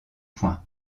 point